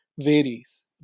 varies